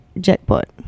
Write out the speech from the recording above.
jackpot